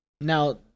now